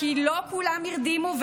כי לא כולם הרדימו,